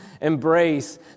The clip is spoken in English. Embrace